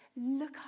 look